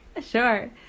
sure